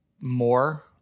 more